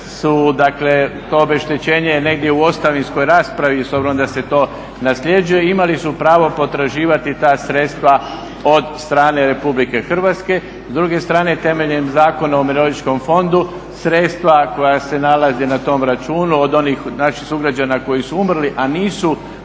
su dakle to obeštećenje je negdje u ostavinskoj raspravi s obzirom da se to nasljeđuje imali su pravo potraživati ta sredstva od strane RH. S druge strane temeljem Zakona o umirovljeničkom fondu sredstva koja se nalaze na tom računu, od onih naših sugrađana koji su umrli, a nisu